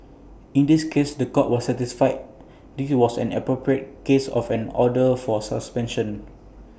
in this case The Court was satisfied this was an appropriate case of an order for suspension